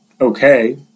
okay